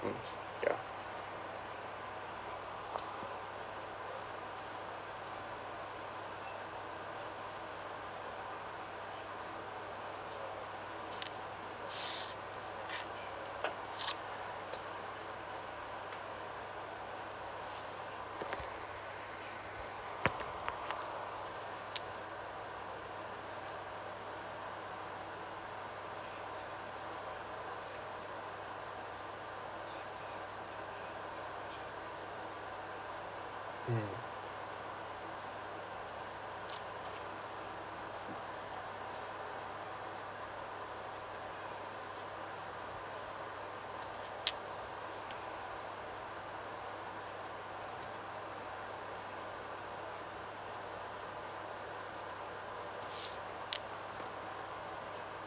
mm ya mm